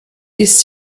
this